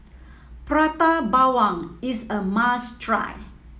Prata Bawang is a must try